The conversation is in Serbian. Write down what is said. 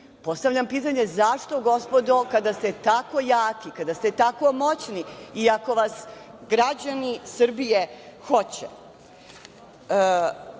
Postavljam pitanje – zašto gospodo, kada ste tako jaki, kada ste tako moćni i ako vas građani Srbije hoće? Vaš